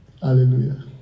Hallelujah